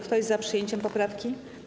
Kto jest za przyjęciem poprawki?